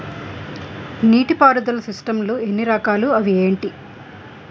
నీటిపారుదల సిస్టమ్ లు ఎన్ని రకాలు? అవి ఏంటి?